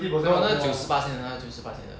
没有那是九十巴先的九十巴先的